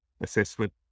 assessment